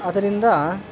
ಅದರಿಂದ